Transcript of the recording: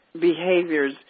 behaviors